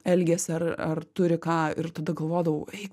elgiasi ar ar turi ką ir tada galvodavau ei